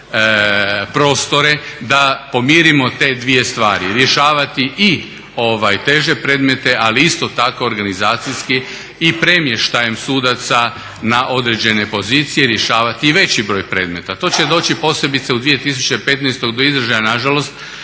da pomirimo te dvije stvari. Rješavati i teže predmete ali isto tako organizacijski i premještajem sudaca na određene pozicije i rješavati i veći broj predmeta. To će doći posebice u 2015. do izražaja nažalost